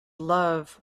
love